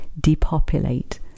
depopulate